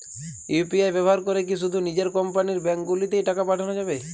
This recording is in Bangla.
ইউ.পি.আই ব্যবহার করে কি শুধু নিজের কোম্পানীর ব্যাংকগুলিতেই টাকা পাঠানো যাবে?